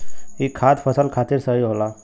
ई खाद फसल खातिर सही होला